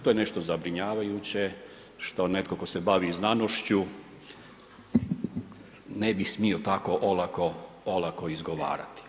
To je nešto zabrinjavajuće što netko tko se bavi znanošću ne bi smio tako olako izgovarati.